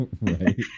Right